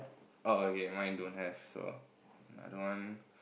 oh okay mine don't have so another one